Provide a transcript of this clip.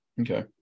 Okay